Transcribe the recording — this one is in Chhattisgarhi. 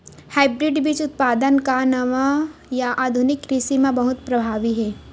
हाइब्रिड बीज उत्पादन हा नवा या आधुनिक कृषि मा बहुत प्रभावी हे